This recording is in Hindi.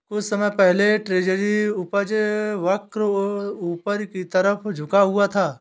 कुछ समय पहले ट्रेजरी उपज वक्र ऊपर की तरफ झुका हुआ था